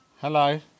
Hello